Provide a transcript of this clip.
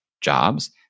jobs